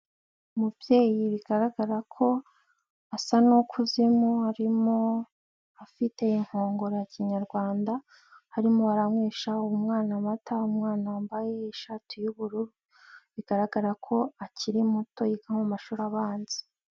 Umubyeyi bigaragara ko asa n'ukuzemo arimo afite inkongoro ya kinyarwanda. Arimo aranywesha uwo mwana mata, umwana wambaye ishati y'ubururu. Bigaragara ko akiri muto yiga mu mashuri abanza.